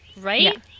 Right